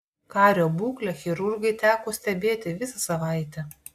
kario būklę chirurgui teko stebėti visą savaitę